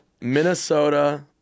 Minnesota